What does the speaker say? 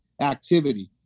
activity